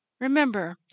Remember